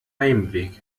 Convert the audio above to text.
heimweg